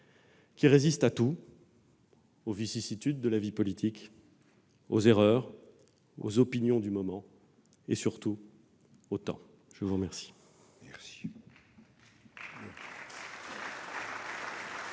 qui résiste à tout. Aux vicissitudes de la vie politique, aux erreurs, aux opinions du moment. Et, surtout, au temps. Monsieur le